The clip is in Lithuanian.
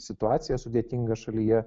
situaciją sudėtingą šalyje